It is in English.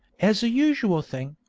as a usual thing,